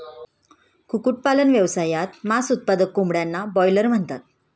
कुक्कुटपालन व्यवसायात, मांस उत्पादक कोंबड्यांना ब्रॉयलर म्हणतात